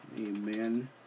Amen